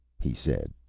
he said.